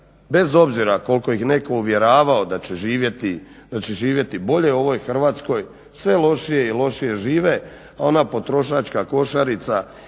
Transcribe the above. bez obzira koliko ih netko uvjeravao da će živjeti bolje u ovoj Hrvatskoj sve lošije i lošije žive, a ona potrošačka košarica